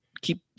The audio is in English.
keep